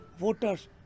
voters